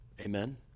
amen